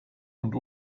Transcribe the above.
und